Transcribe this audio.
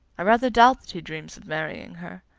i rather doubt that he dreams of marrying her.